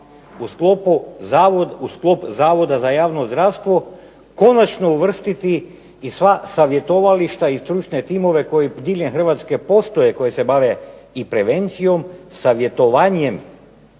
u sklop Zavoda za javno zdravstvo konačno uvrstiti i sva savjetovališta i stručne timove koji diljem Hrvatske postoje koji se bave i prevencijom, savjetovanjem